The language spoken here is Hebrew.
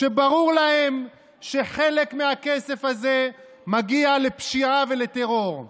כשברור להם שחלק מהכסף הזה מגיע לפשיעה ולטרור.